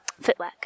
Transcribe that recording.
footwork